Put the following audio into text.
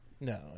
No